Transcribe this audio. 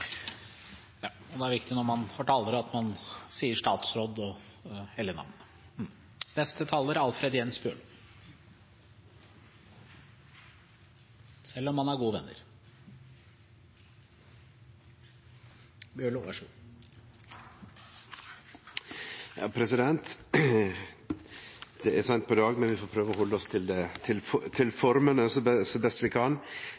Det er viktig når man holder innlegg, at man sier «statsråd» eller «man» – selv om man er gode venner. Det er seint på dag, men vi får prøve å halde oss til formene som best vi kan.